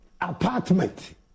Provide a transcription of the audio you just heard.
Apartment